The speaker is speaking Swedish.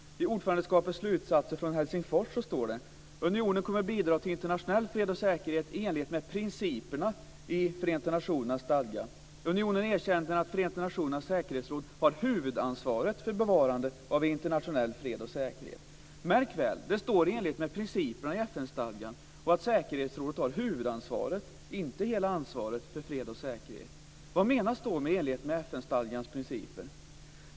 I ordförandeskapets slutsatser från Helsingfors står det: "Unionen kommer att bidra till internationell fred och säkerhet i enlighet med principerna i Förenta nationernas säkerhetsråd har huvudansvaret för bevarandet av internationell fred och säkerhet." Märk väl att det står i enlighet med principerna i FN-stadgan och att säkerhetsrådet har huvudansvaret - inte hela ansvaret - för fred och säkerhet. Vad menas då med i enlighet med FN-stadgans principer?